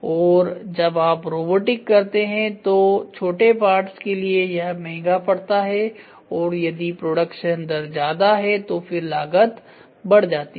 और जब आप रोबोटिक करते हैं तो छोटे पार्ट्स के लिए यह महंगा पड़ता है और यदि प्रोडक्शन दर ज्यादा है तो फिर से लागत बढ़ जाती है